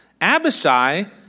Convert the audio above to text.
Abishai